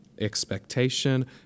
expectation